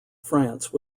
france